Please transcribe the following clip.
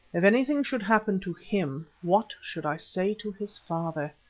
if anything should happen to him, what should i say to his father?